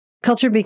Culture